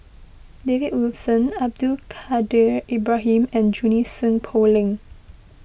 David Wilson Abdul Kadir Ibrahim and Junie Sng Poh Leng